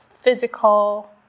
physical